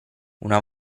una